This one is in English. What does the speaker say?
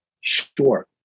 sure